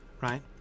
right